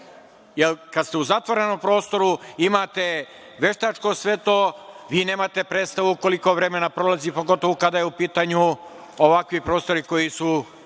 Kad ste u zatvorenom prostoru imate veštačko svetlo, vi nemate predstavu koliko vremena prolazi pogotovo kada su u pitanju ovakvi prostori koji su